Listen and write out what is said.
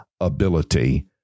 ability